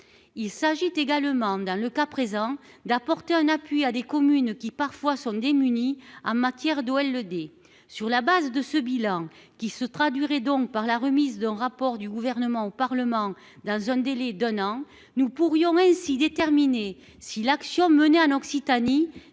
Il s'agit également dans le cas présent d'apporter un appui à des communes qui parfois sont démunis ah matière le des. Sur la base de ce bilan qui se traduirait donc par la remise d'un rapport du gouvernement au Parlement, dans un délai d'un an nous pourrions ainsi déterminer si l'action menée en Occitanie